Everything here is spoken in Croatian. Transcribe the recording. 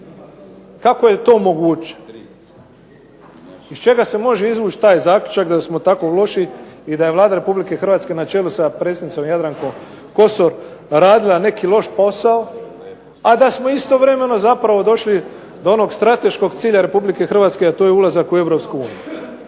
Kako je to moguće? IZ čega se može izvući taj zaključak da smo tako loši i da je Vlada Republike Hrvatske na čelu sa predsjednicom Jadrankom KOsor radila neki loš posao a da smo istovremeno došli do strateškog cilja Republike Hrvatske, a to je ulazak u Europsku uniju.